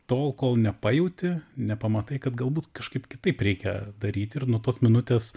tol kol nepajauti nepamatai kad galbūt kažkaip kitaip reikia daryt ir nuo tos minutės